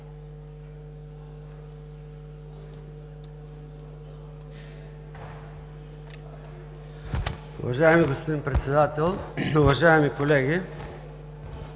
Уважаеми господин Председател, уважаеми колеги!